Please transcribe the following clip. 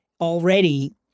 Already